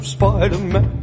Spider-Man